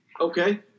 Okay